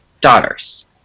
daughters